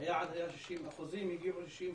היעד היה 60%, הם הגיעו ל-67%.